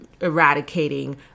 eradicating